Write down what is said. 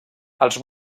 els